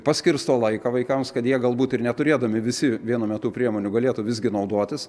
paskirsto laiką vaikams kad jie galbūt ir neturėdami visi vienu metu priemonių galėtų visgi naudotis